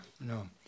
no